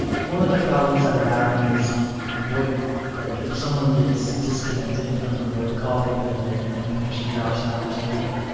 one of the problems that we're having is voip like if someone gets disconnected from the voip call because their internet connection drops out or something.